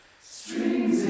Strings